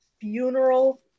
funeral